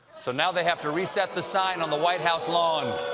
so now they have to reset the sign on the white house lawn.